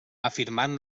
afirmant